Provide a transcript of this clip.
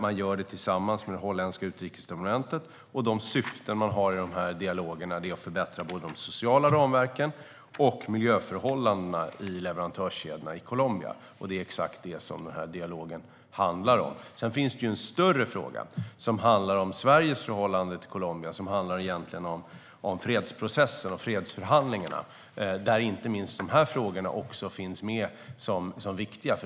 Man gör detta tillsammans med det holländska utrikesdepartementet. Syftet man har med dessa dialoger är att förbättra både de sociala ramverken och miljöförhållandena i leverantörskedjorna i Colombia. Det är exakt det som denna dialog handlar om. Sedan finns det en större fråga som handlar om Sveriges förhållande till Colombia och som egentligen handlar om fredsprocessen och fredsförhandlingarna, där inte minst dessa frågor också finns med som viktiga.